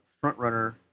front-runner